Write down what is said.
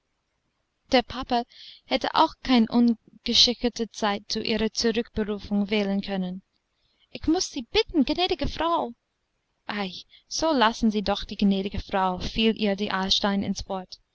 der papa hätte auch keine ungeschicktere zeit zu ihrer zurückberufung wählen können ich muß sie bitten gnädige frau ei so lassen sie doch die gnädige frau fiel ihr die aarstein ins wort